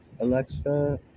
Alexa